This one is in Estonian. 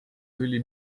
tuli